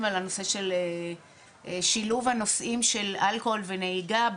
על הנושא של שילוב הנושאים של אלכוהול ונהיגה,